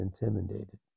intimidated